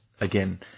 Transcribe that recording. again